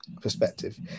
perspective